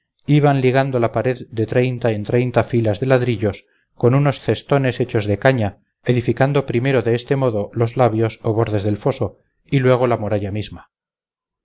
iban ligando la pared de treinta en treinta filas de ladrillos con unos cestones hechos de caña edificando primero de este modo los labios o bordes del foso y luego la muralla misma